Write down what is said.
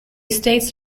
states